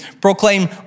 proclaim